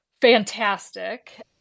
fantastic